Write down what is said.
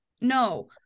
no